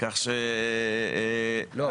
כך שעקרון היסוד --- לא.